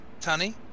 Tony